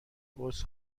عذر